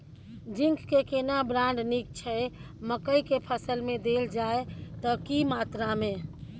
Zinc के केना brand नीक छैय मकई के फसल में देल जाए त की मात्रा में?